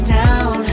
down